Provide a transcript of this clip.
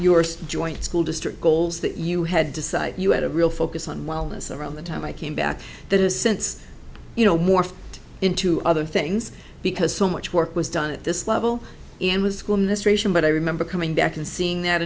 were joint school district goals that you had to cite you had a real focus on wellness around the time i came back that has since you know morphed into other things because so much work was done at this level and was school ministration but i remember coming back and seeing that